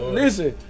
listen